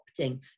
opting